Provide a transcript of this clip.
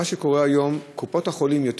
מה שקורה היום הוא שקופות-החולים יותר